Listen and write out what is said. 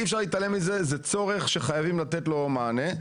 אי אפשר להתעלם מזה, זה צורך שחייבים לתת לו מענה.